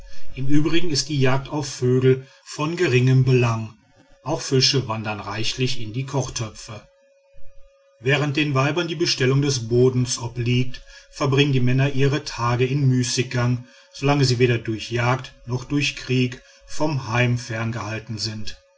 im übrigen ist die jagd auf vögel von geringem belang auch fische wandern reichlich in die kochtöpfe während den weibern die bestellung des bodens obliegt verbringen die männer ihre tage in müßiggang solange sie weder durch jagd noch durch krieg vom heim ferngehalten sind